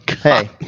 hey